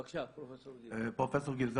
בבקשה, פרופ' גיל.